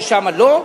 ששם לא,